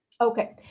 Okay